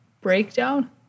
breakdown